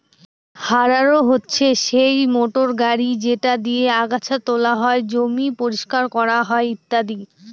harrow হচ্ছে সেই motor গাড়ি যেটা দিয়ে আগাচ্ছা তোলা হয়, জমি পরিষ্কার করা হয় ইত্যাদি